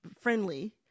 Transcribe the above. friendly